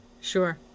Sure